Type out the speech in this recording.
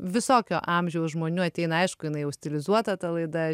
visokio amžiaus žmonių ateina aišku jinai jau stilizuota ta laida